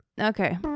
Okay